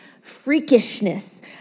freakishness